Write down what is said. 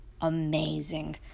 amazing